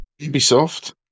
Ubisoft